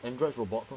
androids robots lor